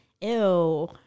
Ew